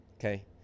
okay